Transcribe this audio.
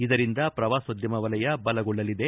ಇದರಿಂದ ಪ್ರವಾಸೋದ್ಯಮ ವಲಯ ಬಲಗೊಳ್ಳಲಿದೆ